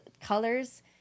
colors